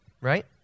right